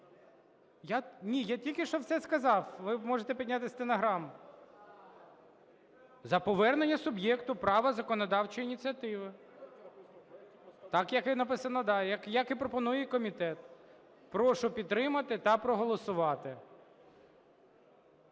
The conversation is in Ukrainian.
Ні, я тільки що все сказав. Ви можете підняти стенограму. За повернення суб'єкту права законодавчої ініціативи. Так як і написано, як і пропонує комітет. Прошу підтримати та проголосувати.